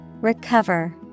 Recover